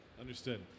understood